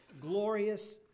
glorious